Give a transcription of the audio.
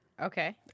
okay